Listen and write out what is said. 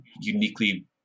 uniquely